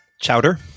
Chowder